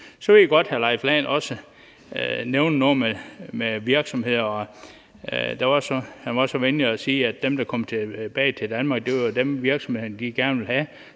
Så ved jeg godt, at hr. Leif Lahn Jensen også nævner noget med nogle virksomheder, og han var så venlig at sige, at dem, der kom tilbage til Danmark, var dem, virksomhederne gerne ville have,